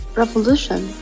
revolution